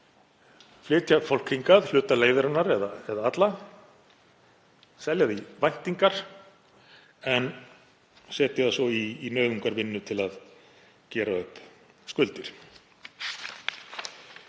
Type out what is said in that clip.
flytja fólk hingað hluta leiðarinnar eða alla, selja því væntingar en setja það svo í nauðungarvinnu til að gera upp skuldir.